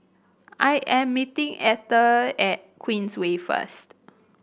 I am meeting Etter at Queensway first